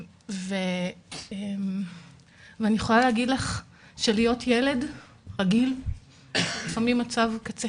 אני יכולה להגיד לך שלהיות ילד רגיל זה לפעמים מצב קצה